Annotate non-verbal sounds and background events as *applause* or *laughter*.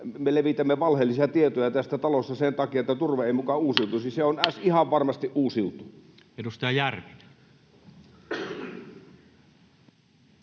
me levitämme valheellisia tietoja tästä talosta sen takia, että turve ei muka uusiutuisi. *noise* Se on ihan varmasti uusiutuvaa. Edustaja Järvinen.